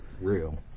Real